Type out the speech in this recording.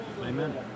Amen